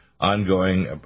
ongoing